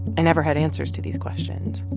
i never had answers to these questions.